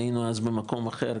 היינו אז במקום אחר,